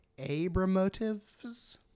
Abramotives